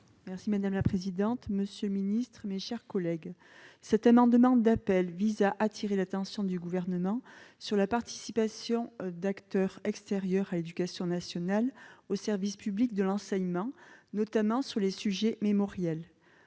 Merci madame la présidente, monsieur le Ministre, mes chers collègues, cet amendement d'appel vise à attirer l'attention du gouvernement sur la participation d'acteurs extérieurs à l'éducation nationale au service public de l'enseignement, notamment sur les sujets mémoriel